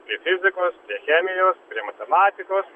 prie fizikos prie chemijos prie matematikos